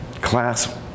class